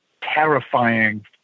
terrifying